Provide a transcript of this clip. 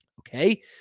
Okay